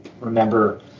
remember